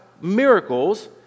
miracles